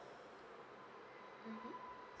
mmhmm